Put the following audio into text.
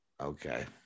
okay